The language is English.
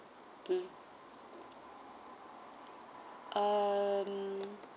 mm um